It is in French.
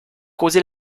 causer